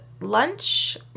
lunch